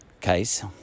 case